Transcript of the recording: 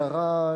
הערה,